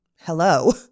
hello